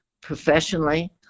professionally